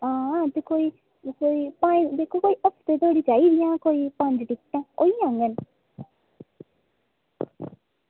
कोई कोई हफ्ते धोड़ी चाही दियां हियां कोई पंज टिकटां होई जाङन